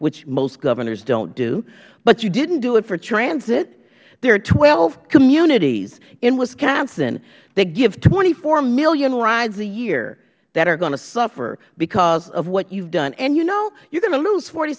which most governors dont do but you didnt do it for transit there are twelve communities in wisconsin that give twenty four million rides a year that are going to suffer because of what you have done and you know you are going to lose forty